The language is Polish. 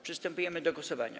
Przystępujemy do głosowania.